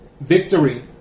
victory